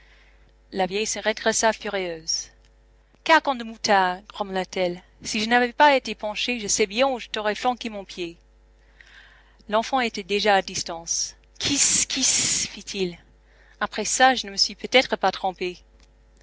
la vieille se redressa furieuse carcan de moutard grommela t elle si je n'avais pas été penchée je sais bien où je t'aurais flanqué mon pied l'enfant était déjà à distance kisss kisss fit-il après ça je ne me suis peut-être pas trompé